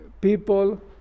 people